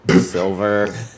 silver